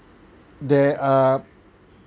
they are